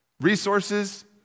resources